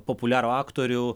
populiarų aktorių